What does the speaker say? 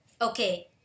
okay